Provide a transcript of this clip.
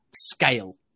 scale